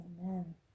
amen